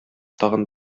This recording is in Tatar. тагын